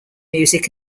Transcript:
music